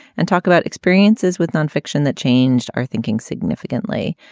and talk about experiences with nonfiction that changed our thinking significantly.